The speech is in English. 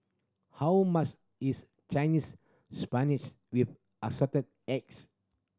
how much is Chinese Spinach with Assorted Eggs